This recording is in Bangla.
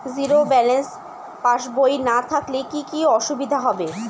জিরো ব্যালেন্স পাসবই না থাকলে কি কী অসুবিধা হবে?